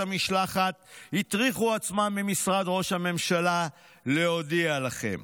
המשלחת הטריחו עצמם ממשרד ראש הממשלה להודיע לכם.